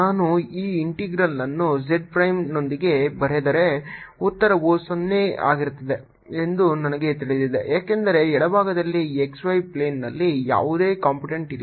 ನಾನು ಈ ಇಂಟೆಗ್ರಲ್ವನ್ನು z ಪ್ರೈಮ್ನೊಂದಿಗೆ ಬರೆದರೆ ಉತ್ತರವು 0 ಆಗಿರುತ್ತದೆ ಎಂದು ನನಗೆ ತಿಳಿದಿದೆ ಏಕೆಂದರೆ ಎಡಭಾಗದಲ್ಲಿ x y ಪ್ಲೇನ್ನಲ್ಲಿ ಯಾವುದೇ ಕಂಪೋನೆಂಟ್ ಇಲ್ಲ